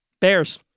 Bears